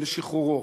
לשחררו.